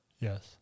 Yes